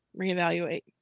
reevaluate